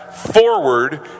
forward